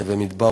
נווה-מדבר,